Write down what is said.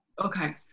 Okay